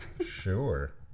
Sure